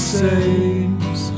saves